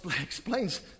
explains